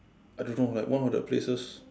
I don't know like one of the places